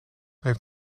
heeft